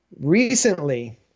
recently